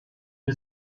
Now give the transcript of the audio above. bin